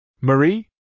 Marie